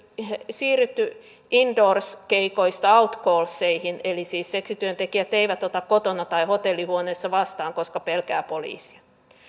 siirrytty indoors keikoista outcallseihin eli siis seksityöntekijät eivät ota kotona tai hotellihuoneessa vastaan koska pelkäävät poliisia